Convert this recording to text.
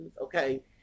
okay